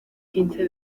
quince